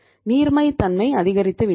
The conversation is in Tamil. நீர்மை தன்மை அதிகரித்துவிட்டது